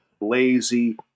lazy